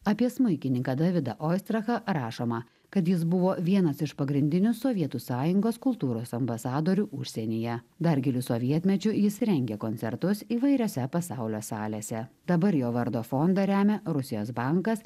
apie smuikininką davidą oistrachą rašoma kad jis buvo vienas iš pagrindinių sovietų sąjungos kultūros ambasadorių užsienyje dar giliu sovietmečiu jis rengė koncertus įvairiose pasaulio salėse dabar jo vardo fondą remia rusijos bankas